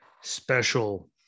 special